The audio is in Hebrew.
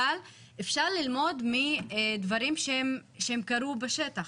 אבל אפשר ללמוד מדברים שהם קרו בשטח.